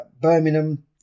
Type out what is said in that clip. Birmingham